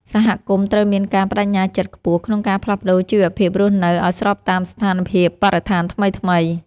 សហគមន៍ត្រូវមានការប្តេជ្ញាចិត្តខ្ពស់ក្នុងការផ្លាស់ប្តូរជីវភាពរស់នៅឱ្យស្របតាមស្ថានភាពបរិស្ថានថ្មី។